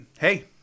hey